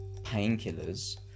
painkillers